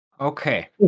Okay